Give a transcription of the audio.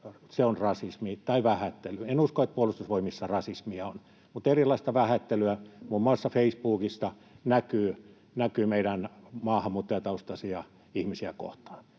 se on rasismi tai vähättely. En usko, että Puolustusvoimissa rasismia on, mutta erilaista vähättelyä muun muassa Facebookissa näkyy meidän maahanmuuttajataustaisia ihmisiä kohtaan.